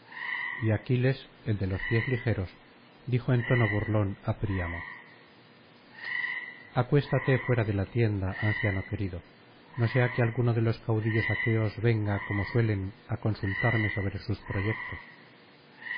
y aquiles el de los pies ligeros dijo en tono burlón á príamo acuéstate fuera de la tienda anciano querido no sea que alguno de los caudillos aqueos venga como suelen á consultarme sobre sus proyectos